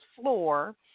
floor